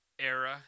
era